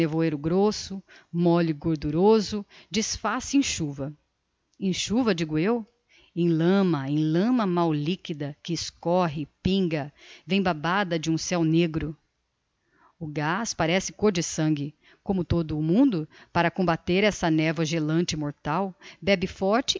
nevoeiro grosso molle gorduroso desfaz-se em chuva em chuva digo eu em lama em lama mal liquida que escorre pinga vem babada de um ceu negro o gaz parece côr de sangue como todo o mundo para combater esta nevoa gelante e mortal bebe forte